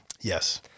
Yes